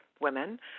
women